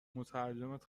مترجمت